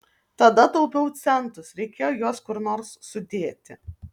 tada taupiau centus reikėjo juos kur nors sudėti